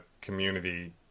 community